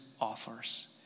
offers